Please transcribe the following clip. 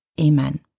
Amen